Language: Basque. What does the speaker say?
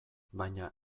baina